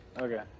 Okay